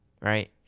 Right